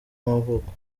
y’amavuko